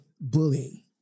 bullying